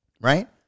right